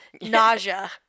nausea